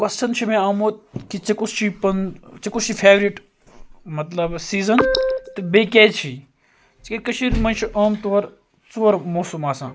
کوسچھَن چھُ مےٚ آمُت کہِ ژےٚ کُس چھُے پَنُن ژےٚ کُس چھُے فیورِٹ مَطلَب سیٖزَن تہٕ بیٚیہِ کیازِ چھی تکیاز کٔشیٖر مَنٛز چھُ عام طور ژور موسَم آسان